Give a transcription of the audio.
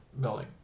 building